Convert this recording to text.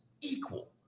equal